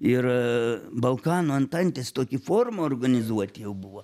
ir balkanų antantės tokį formą organizuoti jau buvo